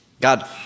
God